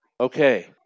Okay